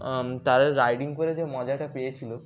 তারা রাইডিং করে যে মজাটা পেয়েছিল